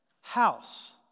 House